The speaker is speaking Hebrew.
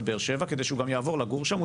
באר שבע גם כדי שהוא יעבור לגור שם אז הוא